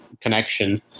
connection